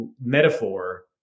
metaphor